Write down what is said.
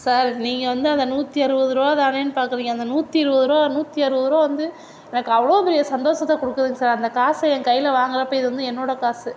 sir நீங்கள் வந்து அந்த நூற்றி அறுபதுரூவா தானேன்னு பார்க்குறீங்க அந்த நூற்றி இருபதுரூவா நூற்றி அறுபதுரூவா வந்து எனக்கு அவ்வளோ பெரிய சந்தோஷத்தை கொடுக்குதுங்க சார் அந்த காச ஏன் கையில் வாங்குறப்போ இதுவந்து என்னுட காசு